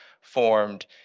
formed